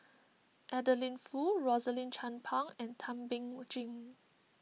Adeline Foo Rosaline Chan Pang and Thum Ping Tjin